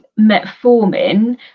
metformin